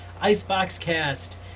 IceboxCast